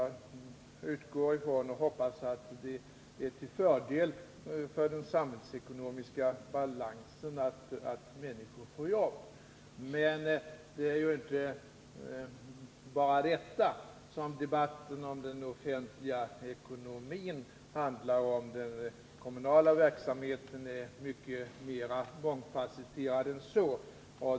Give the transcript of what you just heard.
Jag utgår från och hoppas att det är till fördel för den samhällsekonomiska balansen att människor får jobb. Men det är ju inte bara detta som debatten om den offentliga ekonomin handlar om. Den kommunala verksamheten är mycket mer mångfasetterad än så.